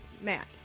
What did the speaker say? Matt